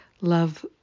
love